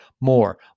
more